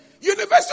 University